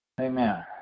Amen